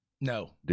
no